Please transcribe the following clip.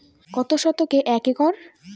কত শতকে এক একর?